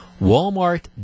Walmart